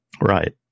Right